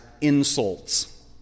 insults